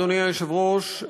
אדוני היושב-ראש,